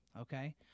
Okay